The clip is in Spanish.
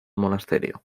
monasterio